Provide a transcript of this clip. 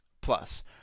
Plus